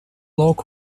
log